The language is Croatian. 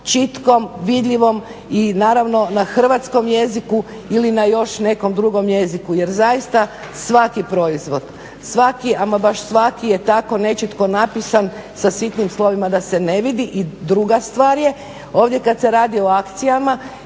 čitkom, vidljivom i naravno na hrvatskom jeziku ili na još nekom drugom jeziku jer zaista svaki proizvod, svaki ama baš svaki je tako nečitko napisan sa sitnim slovima da se ne vidi. I druga stvar je, ovdje kad se radi o akcijama